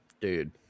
Dude